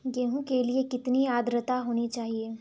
गेहूँ के लिए कितनी आद्रता होनी चाहिए?